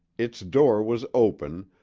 its door was open,